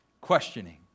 questioning